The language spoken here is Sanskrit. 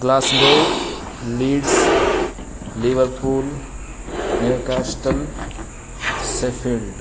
Glasgow Leeds Liverpool Newcastle Sheffield